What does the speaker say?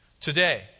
today